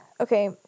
okay